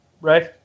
Right